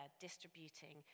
distributing